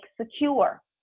secure